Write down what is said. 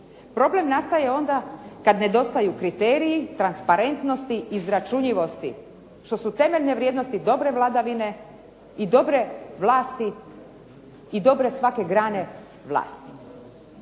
problem nastaje onda kada nedostaju kriteriji, transparentnosti i izračunljivosti što su temeljne vrijednosti dobre vladavine i dobre svake grane vlasti.